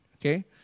okay